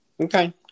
Okay